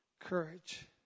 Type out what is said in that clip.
courage